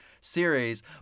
series